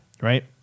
Right